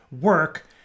Work